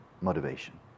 motivation